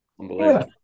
Unbelievable